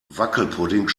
wackelpudding